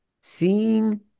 seeing